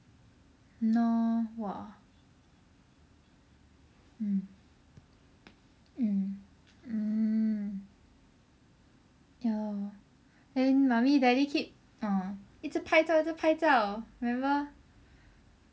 !hannor! !wah! mm mm mm ya lor then mummy daddy keep orh 一直拍照一直拍照 remember